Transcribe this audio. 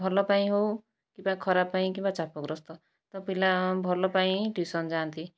ଭଲ ପାଇଁ ହେଉ କିମ୍ବା ଖରାପ ପାଇଁ କିମ୍ବା ଚାପଗ୍ରସ୍ତ ତ ପିଲା ଭଲ ପାଇଁ ହିଁ ଟ୍ୟୁସନ୍ ଯାଆନ୍ତି